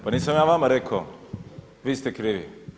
Pa nisam ja vama rekao vi ste krivi?